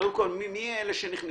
כמו, למשל, נת"צים.